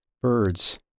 birds